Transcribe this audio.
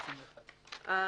הצבעתי בעד.